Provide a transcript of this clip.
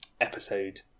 episode